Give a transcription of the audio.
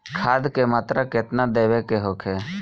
खाध के मात्रा केतना देवे के होखे?